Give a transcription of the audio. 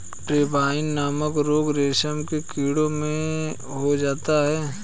pebrine नामक रोग रेशम के कीड़ों में हो जाता है